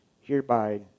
Hereby